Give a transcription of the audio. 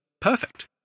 perfect